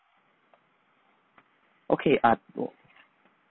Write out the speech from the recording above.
okay uh